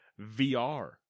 vr